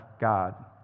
God